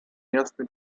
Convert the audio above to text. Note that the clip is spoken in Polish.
jasny